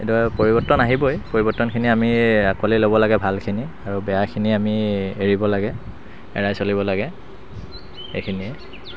এইটো আৰু পৰিৱৰ্তন আহিবই পৰিৱৰ্তনখিনি আমি আকোৱালি ল'ব লাগে ভালখিনি আৰু বেয়াখিনি আমি এৰিব লাগে এৰাই চলিব লাগে এইখিনিয়ে